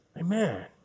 amen